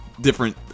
different